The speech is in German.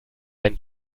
sein